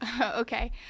Okay